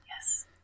Yes